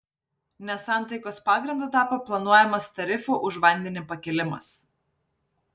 nesantaikos pagrindu tapo planuojamas tarifų už vandenį pakėlimas